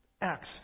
Acts